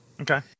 okay